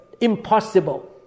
Impossible